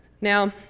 Now